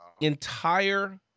entire